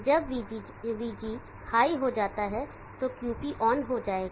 जब Vg high हो जाता है तो QP ऑन हो जाएगा